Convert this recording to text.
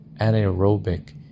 anaerobic